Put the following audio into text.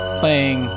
playing